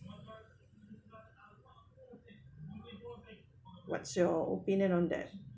what's your opinion on that